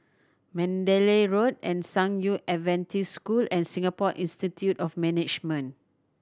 Mandalay Road and San Yu Adventist School and Singapore Institute of Management